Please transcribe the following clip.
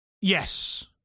Yes